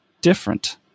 different